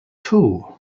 two